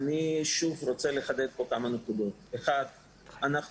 רוצה לחדד כמה נקודות: דבר ראשון,